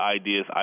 ideas